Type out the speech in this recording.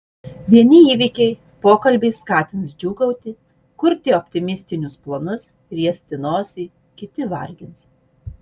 vieni įvykiai pokalbiai skatins džiūgauti kurti optimistinius planus riesti nosį kiti vargins